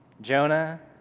Jonah